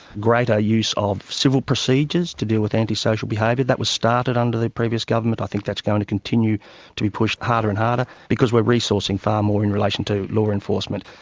greater use of civil procedures to deal with antisocial behaviour, that was started under the previous government i think that's going to continue to be pushed harder and harder, because we're resourcing far more in relation to law enforcement,